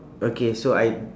okay so I